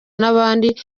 n’abandi